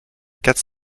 quatre